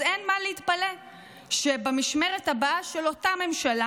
אז אין מה להתפלא שבמשמרת הבאה של אותה ממשלה